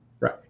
Right